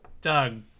Doug